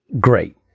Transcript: great